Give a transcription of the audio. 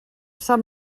sant